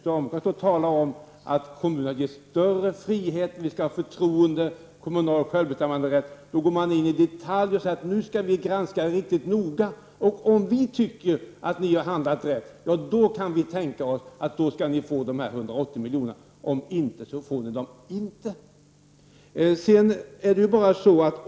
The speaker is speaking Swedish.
socialdemokraterna, talar om att ge kommunerna större frihet, förtroende och självbestämmanderätt säger: Nu skall vi granska er riktigt noga i detalj, och om vi tycker att ni har handlat rätt, kan vi tänka oss att bevilja er de 180 miljonerna. Men om inte så blir fallet, får ni dem inte.